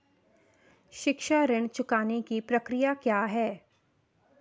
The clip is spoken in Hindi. शिक्षा ऋण चुकाने की प्रक्रिया क्या है?